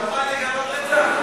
אתה מוכן לגנות רצח?